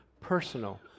personal